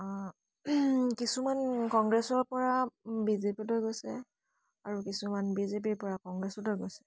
আ কিছুমান কংগ্ৰেছৰ পৰা বিজেপিলৈ গৈছে আৰু কিছুমান বিজেপিৰ পৰা কংগ্ৰেছলৈ গৈছে